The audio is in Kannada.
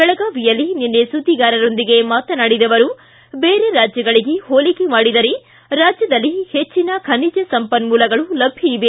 ಬೆಳಗಾವಿಯಲ್ಲಿ ನಿನ್ನೆ ಸುದ್ದಿಗಾರರೊಂದಿಗೆ ಮಾತನಾಡಿದ ಅವರು ಬೇರೆ ರಾಜ್ಯಗಳಿಗೆ ಹೋಲಿಕೆ ಮಾಡಿದರೆ ರಾಜ್ಯದಲ್ಲಿ ಹೆಚ್ಚಿನ ಖನಿಜ ಸಂಪನ್ಮೂಲಗಳು ಲಭ್ಯ ಇವೆ